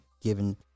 given